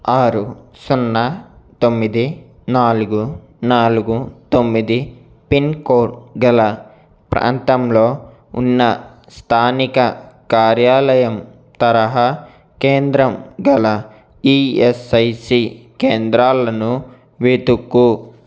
ఆరు సున్నా తొమ్మిది నాలుగు నాలుగు తొమ్మిది పిన్కోడ్ గల ప్రాంతంలో ఉన్న స్థానిక కార్యాలయం తరహా కేంద్రం గల ఈఎస్ఐసి కేంద్రాలను వేతుకు